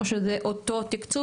או שזה אותו תקצוב,